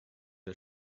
der